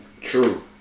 True